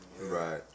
Right